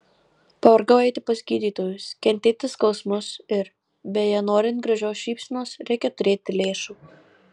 pavargau eiti pas gydytojus kentėti skausmus ir beje norint gražios šypsenos reikia turėti lėšų